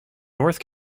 north